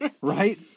Right